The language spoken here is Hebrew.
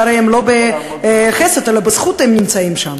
שהרי לא בחסד אלא בזכות הם נמצאים שם.